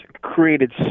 created